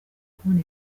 kubona